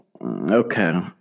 Okay